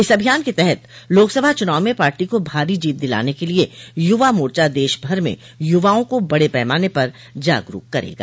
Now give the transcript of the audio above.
इस अभियान के तहत लोकसभा चुनाव में पार्टी को भारी जीत दिलाने के लिए युवा मोर्चा देशभर में युवाआ को बड़े पैमाने पर जागरूक करेगा